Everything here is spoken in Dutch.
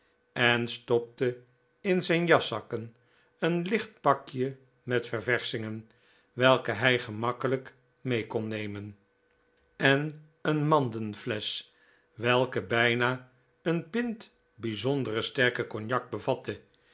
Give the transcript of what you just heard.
en stopte in zijn jaszakken een licht pakje met ververschingen welke hij gemakkelijk mee kon nemen en een mandenflesch welke bijna een pint bijzonder sterken cognac bevatte